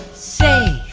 safe!